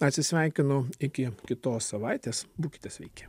atsisveikinu iki kitos savaitės būkite sveiki